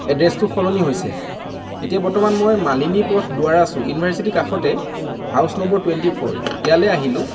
এড্ৰেছটো সলনি হৈছে এতিয়া বৰ্তমান মই মালিনী পথ দুৱাৰা চুক ইউনিভাৰ্ছিটি কাষতে হাউছ নম্বৰ টুৱেণ্টি ফোৰ ইয়ালৈ আহিলোঁ